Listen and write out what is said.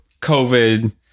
COVID